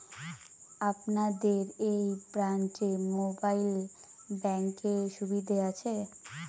আপনাদের এই ব্রাঞ্চে মোবাইল ব্যাংকের সুবিধে আছে?